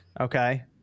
okay